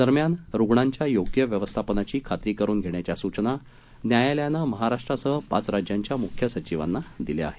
दरम्यान रुग्णांच्या योग्य व्यवस्थापनाची खात्री करून घेण्याच्या सूचना न्यायालयानं महाराष्ट्रासह पाच राज्यांच्या मुख्य सचिवांना दिल्या आहेत